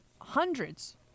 hundreds